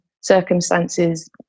circumstances